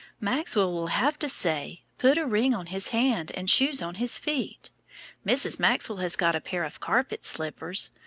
maxwell will have to say, put a ring on his hand, and shoes on his feet mrs. maxwell has got a pair of carpet slippers.